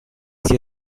sia